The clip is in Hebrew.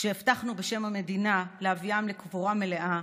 כשהבטחנו בשם המדינה להביאם לקבורה מלאה,